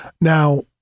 Now